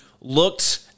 looked